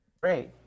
Great